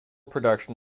production